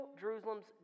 Jerusalem's